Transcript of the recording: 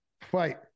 fight